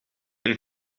een